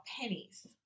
pennies